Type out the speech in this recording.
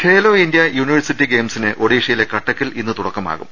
Khelo India university ഗെയിംസിന് ഒഡീഷയിലെ കട്ടക്കിൽ ഇന്ന് തുടക്കമാകും